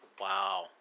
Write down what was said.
Wow